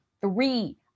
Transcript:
Three